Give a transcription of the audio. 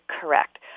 correct